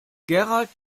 gerald